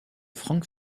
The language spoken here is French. frank